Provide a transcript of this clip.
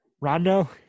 Rondo